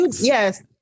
yes